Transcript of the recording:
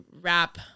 wrap